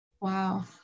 wow